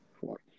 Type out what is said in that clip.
four